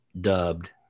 dubbed